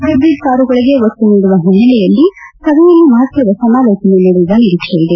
hybrid ಕಾರುಗಳಿಗೆ ಒತ್ತು ನೀಡುವ ಹಿನ್ನೆಲೆಯಲ್ಲಿ ಸಭೆಯಲ್ಲಿ ಮಹತ್ವದ ಸಮಾಲೋಚನೆ ನಡೆಯುವ ನಿರೀಕ್ಷೆ ಇದೆ